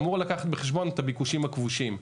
אמור לקחת בחשבון את הביקושים הכבושים.